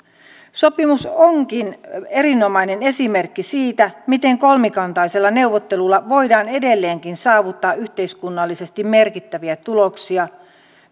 sopimus onkin erinomainen esimerkki siitä miten kolmikantaisella neuvottelulla voidaan edelleenkin saavuttaa yhteiskunnallisesti merkittäviä tuloksia